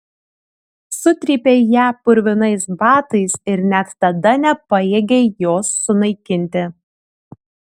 sutrypei ją purvinais batais ir net tada nepajėgei jos sunaikinti